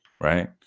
Right